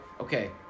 okay